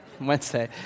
Wednesday